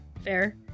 Fair